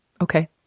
okay